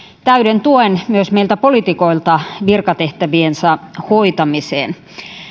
täyden tuen myös meiltä poliitikoilta virkatehtäviensä hoitamiseen